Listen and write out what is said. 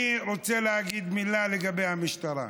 אני רוצה להגיד מילה לגבי המשטרה.